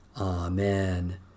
Amen